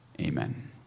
amen